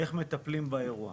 איך מטפלים באירוע.